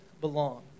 belong